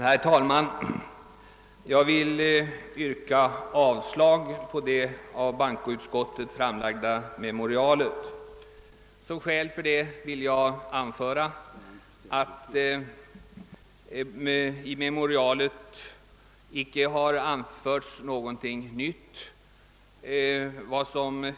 Herr talman! Jag yrkar avslag på det av bankoutskottet framlagda memoria let. Som skäl härför vill jag anföra att i memorialet icke har framförts något nytt.